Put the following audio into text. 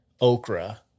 okra